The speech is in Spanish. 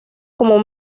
como